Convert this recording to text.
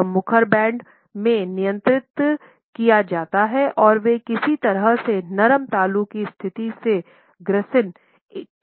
यह मुखर बैंड में नियंत्रित किया जाता है और वे किस तरह से नरम तालू की स्थिति से ग्रसनी